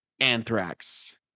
Anthrax